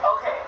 Okay